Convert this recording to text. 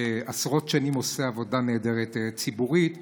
שעשרות שנים עושה עבודה ציבורית נהדרת.